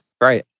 Right